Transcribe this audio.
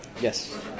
Yes